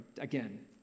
again